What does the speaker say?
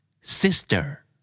Sister